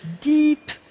deep